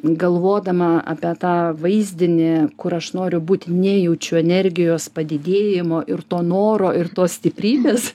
galvodama apie tą vaizdinį kur aš noriu būti nejaučiu energijos padidėjimo ir to noro ir tos stiprybės